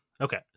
Okay